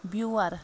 بیور